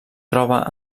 troba